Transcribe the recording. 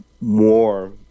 more